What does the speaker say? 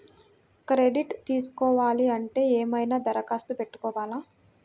Credit తీసుకోవాలి అంటే ఏమైనా దరఖాస్తు పెట్టుకోవాలా?